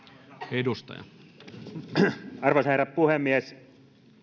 arvoisa herra puhemies